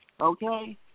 Okay